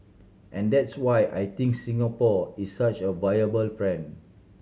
and that's why I think Singapore is such a viable friend